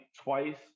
twice